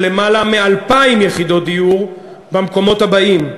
למעלה מ-2,000 יחידות דיור במקומות הבאים: